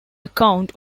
account